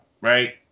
right